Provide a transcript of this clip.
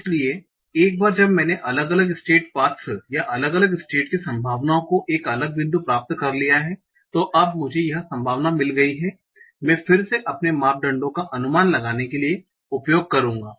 इसलिए एक बार जब मैंने अलग अलग स्टेट पाथ्स या अलग अलग स्टेट की संभावनाओं को एक अलग बिंदु प्राप्त कर लिया है तो अब मुझे यह संभावना मिल गई है मैं फिर से अपने मापदंडों का अनुमान लगाने के लिए उपयोग करूंगा